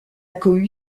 cohue